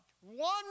One